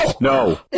No